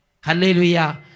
Hallelujah